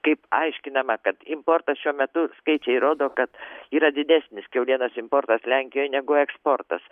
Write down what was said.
kaip aiškinama kad importas šiuo metu skaičiai rodo kad yra didesnis kiaulienos importas lenkijoj negu eksportas